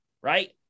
right